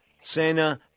Sena